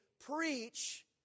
preach